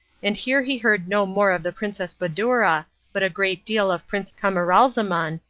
and here he heard no more of the princess badoura but a great deal of prince camaralzaman,